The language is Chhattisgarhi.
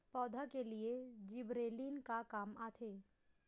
पौधा के लिए जिबरेलीन का काम आथे?